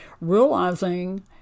Realizing